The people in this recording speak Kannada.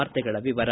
ವಾರ್ತೆಗಳ ವಿವರ